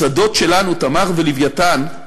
השדות שלנו, "תמר" ו"לווייתן",